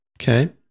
Okay